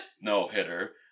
no-hitter